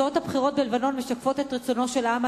תוצאות הבחירות בלבנון משקפות את רצונו של העם